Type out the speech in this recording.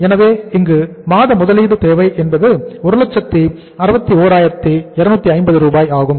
எனவே இங்கு மாத முதலீடு தேவை 161250 ஆக இருக்கும்